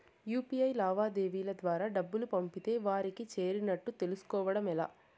UPI లావాదేవీల ద్వారా డబ్బులు పంపితే వారికి చేరినట్టు తెలుస్కోవడం ఎలా?